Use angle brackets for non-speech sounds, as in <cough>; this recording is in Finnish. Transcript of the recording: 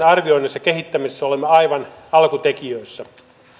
<unintelligible> arvioinnissa ja kehittämisessä olemme aivan alkutekijöissä